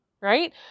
right